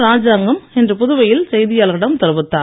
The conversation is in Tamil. ராஜாங்கம் இன்று புதுவையில் செய்தியாளர்களிடம் தெரிவித்தார்